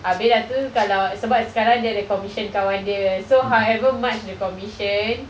abeh dah tu kalau sebab sekarang dia ada commission kawan dia so how ever much the commission